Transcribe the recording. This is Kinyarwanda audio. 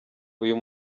uyu